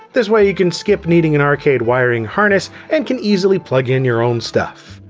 this way you can skip needing an arcade wiring harness, and can easily plug in your own stuff.